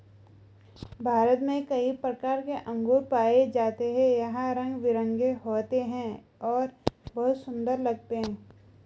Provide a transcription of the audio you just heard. भारत में कई प्रकार के अंगूर पाए जाते हैं यह रंग बिरंगे होते हैं और बहुत सुंदर लगते हैं